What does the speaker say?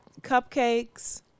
Cupcakes